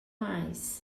mais